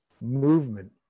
movement